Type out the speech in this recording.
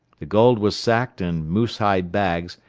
the gold was sacked in moose-hide bags,